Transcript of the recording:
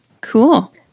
cool